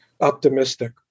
optimistic